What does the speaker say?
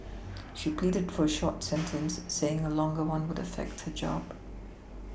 she pleaded for a short sentence saying a longer one would affect her job